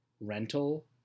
rental